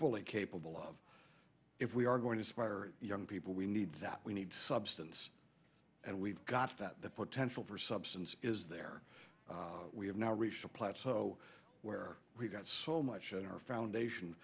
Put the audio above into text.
fully capable of if we are going to spider young people we need that we need substance and we've got that the potential for substance is there we have now reached a plateau where we've got so much in our foundation